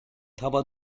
tava